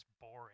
boring